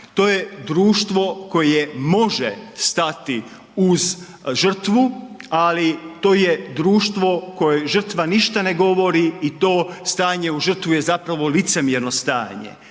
To je društvo koje može stati uz žrtvu, ali to je društvo kojem žrtva ništa ne govori i to stanje u žrtvu je zapravo licemjerno stanje